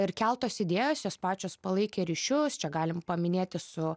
ir keltos idėjos jos pačios palaikė ryšius čia galim paminėti su